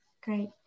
great